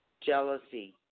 Jealousy